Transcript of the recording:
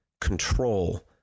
control